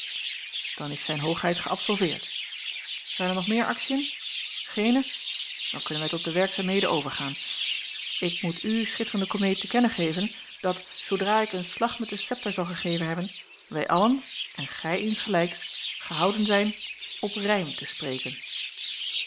dan is zijn hoogheid geäbsolveerd zijn er nog meer aktiën geene dan kunnen wij tot de werkzaamheden overgaan ik moet u schitterende komeet te kennen geven dat zoodra ik een slag met den septer zal gegeven hebben wij allen en gij insgelijks gehouden zijn op rijm te spreken